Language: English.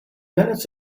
minutes